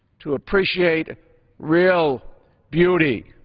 to appreciate real beauty.